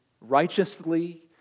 righteously